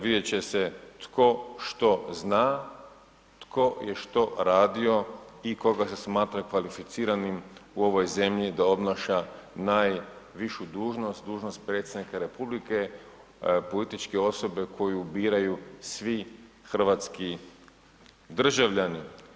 Vidjet će se tko što zna, tko je što radio i koga se smatra kvalificiranim u ovoj zemlji da obnaša najvišu dužnost, dužnost predsjednika Republike političke osobe koju biraju svi hrvatski državljani.